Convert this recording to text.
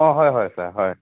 অঁ হয় হয় ছাৰ হয়